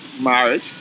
marriage